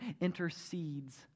intercedes